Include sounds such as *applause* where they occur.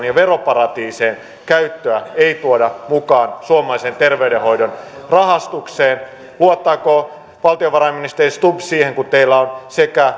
*unintelligible* ja veroparatiisien käyttöä ei tuoda mukaan suomalaisen terveydenhoidon rahastukseen luottaako valtiovarainministeri stubb siihen kun teillä on sekä *unintelligible*